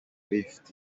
lift